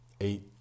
eight